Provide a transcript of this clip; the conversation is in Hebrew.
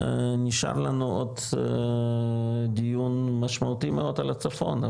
נשאר לנו עוד דיון משמעותי מאוד על הצפון,